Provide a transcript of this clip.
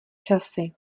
časy